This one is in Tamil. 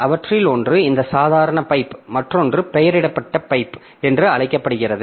அவற்றில் ஒன்று இந்த சாதாரண பைப்பு மற்றொன்று பெயரிடப்பட்ட பைப்பு என்று அழைக்கப்படுகிறது